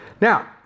Now